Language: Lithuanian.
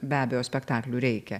be abejo spektaklių reikia